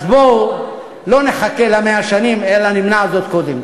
אז בואו לא נחכה 100 שנים אלא נמנע זאת קודם.